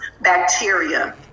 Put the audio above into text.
bacteria